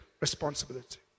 responsibility